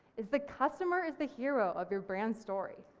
is the customer is the hero of your brand story,